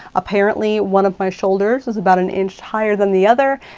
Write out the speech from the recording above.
apparently one of my shoulders is about an inch higher than the other.